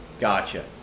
gotcha